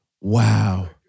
Wow